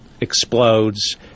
explodes